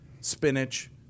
spinach